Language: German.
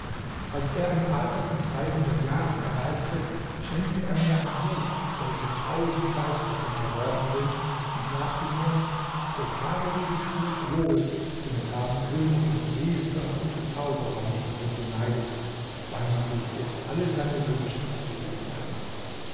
als er ein alter von dreihundert jahren erreichte schenkte er mir ein buch welchem tausend geister unterworfen sind und sagte mir bewahre dieses buch wohl denn es haben könige priester und zauberer mich darum beneidet weil man durch es alle seine wünsche befriedigen kann